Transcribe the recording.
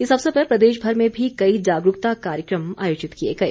इस अवसर पर प्रदेश भर में भी कई जागरूकता कार्यक्रम आयोजित किए गए